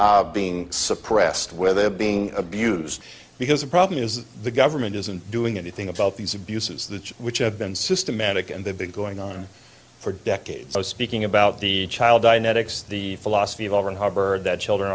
are being suppressed where they're being abused because the problem is the government isn't doing anything about these abuses that which have been systematic and the big going on for decades speaking about the child dianetics the philosophy of over and hubbard that children